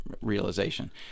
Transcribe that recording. realization